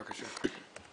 בבקשה.